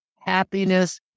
happiness